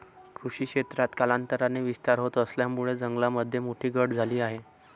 कृषी क्षेत्रात कालांतराने विस्तार होत असल्यामुळे जंगलामध्ये मोठी घट झाली आहे